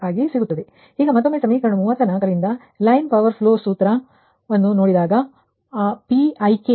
ಈಗ ಮತ್ತೊಮ್ಮೆ ಸಮೀಕರಣ 34 ರಿಂದ ಲೈನ್ ಪವರ್ ಫ್ಲೋ ಸೂತ್ರ ಆ Pik ಅಭಿವ್ಯಕ್ತಿಯಿಂದ ಲಭಿಸಿದೆ